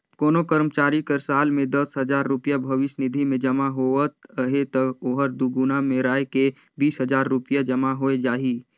कोनो करमचारी कर साल में दस हजार रूपिया भविस निधि में जमा होवत अहे ता ओहर दुगुना मेराए के बीस हजार रूपिया जमा होए जाही